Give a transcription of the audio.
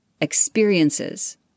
experiences